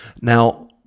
Now